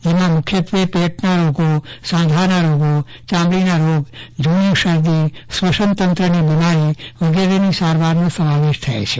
જેમાં મુખ્યત્વે પેટના રોગો સાંધાના રોગોચામડીના રોગો જુની શરદી શ્વાસનતંત્રની બીમારીવગેરેની સારવારનો સમાવેશ થાય છે